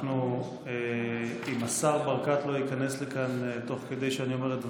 אם השר ברקת לא ייכנס לכאן תוך כדי שאני אומר את דבריי,